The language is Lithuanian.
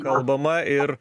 kalbama ir